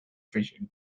fission